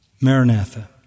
Maranatha